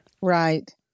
Right